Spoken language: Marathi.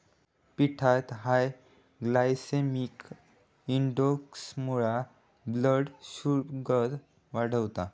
पिठात हाय ग्लायसेमिक इंडेक्समुळा ब्लड शुगर वाढता